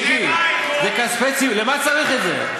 מיקי, זה כספי ציבור, למה צריך את זה?